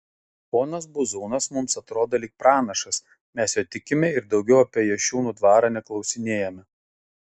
ponas buzūnas mums atrodo lyg pranašas mes juo tikime ir daugiau apie jašiūnų dvarą neklausinėjame